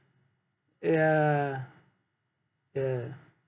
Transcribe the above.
ya ya